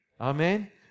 amen